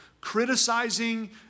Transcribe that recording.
criticizing